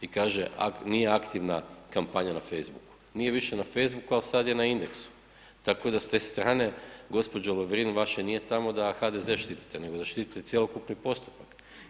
I kaže nije aktivna kampanja na Facebooku, nije više na Facebooku ali sada je na Indexu, tako da ste strane gospođo Lovrin nije tamo da HDZ štitite nego da štitite cjelokupni postupak.